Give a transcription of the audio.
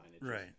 right